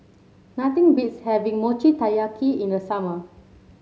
nothing beats having Mochi Taiyaki in the summer